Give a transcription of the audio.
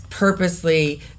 Purposely